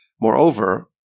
Moreover